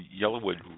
Yellowwood